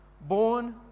born